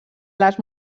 les